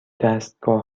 دستگاه